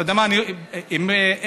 אתה יודע מה מסכים עם כל מילה.